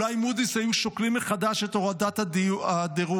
אולי מוד'יס היו שוקלים מחדש את הורדת הדירוג.